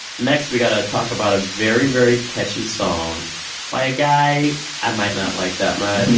next, we got to talk about a very, very catchy song by a guy i might not like that much.